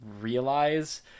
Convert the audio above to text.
realize